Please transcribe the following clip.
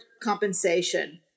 compensation